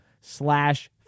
slash